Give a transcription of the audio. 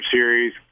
series